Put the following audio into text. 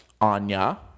Anya